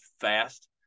fast